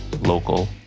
local